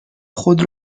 خود